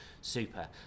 Super